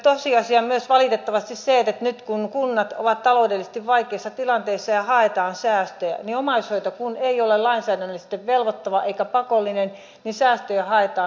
tosiasia on myös valitettavasti se että nyt kun kunnat ovat taloudellisesti vaikeassa tilanteessa ja haetaan säästöjä niin omaishoito kun ei ole lainsäädännöllisesti velvoittava eikä pakollinen säästöjä haetaan myös omaishoidosta